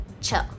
chill